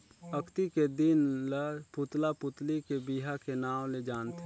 अक्ती के दिन ल पुतला पुतली के बिहा के नांव ले जानथें